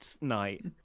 Night